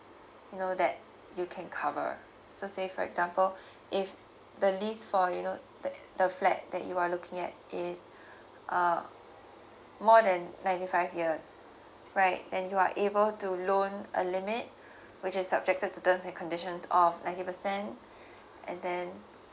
you know that you can cover so say for example if the list for you know the the flat that you are looking at is uh more than ninety five years right and you are able to loan a limit which is subjected to terms and conditions of ninety percent and then